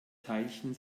teilchen